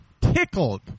tickled